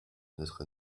notre